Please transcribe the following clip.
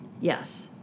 Yes